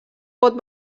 pot